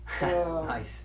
Nice